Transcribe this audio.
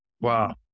Wow